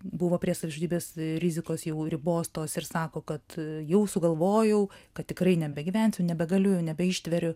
buvo prie savižudybės rizikos jau ribos tos ir sako kad jau sugalvojau kad tikrai nebegyvensiu nebegaliu nebeištveriu